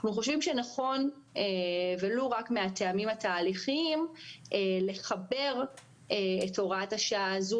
אנחנו חושבים שנכון ולו רק מהטעמים התהליכיים לחבר את הוראת השעה הזו